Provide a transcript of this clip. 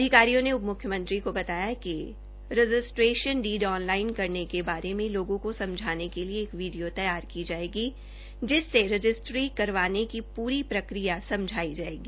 अधिकारियों ने उप म्र्ख्यमंत्री को बताया कि रजिस्टे्रशन डीड ऑनलाइन करने के बारे में लोगों को समझाने के लिए एक वीडियो तैयार की जाएगी जिससे रजिस्टरी करवाने की पूरी प्रक्रिया समझाई जायेगी